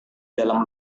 dalam